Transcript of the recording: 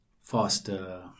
faster